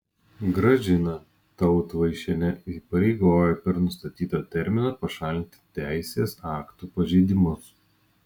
gražiną tautvaišienę įpareigojo per nustatytą terminą pašalinti teisės aktų pažeidimus